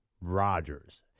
Rodgers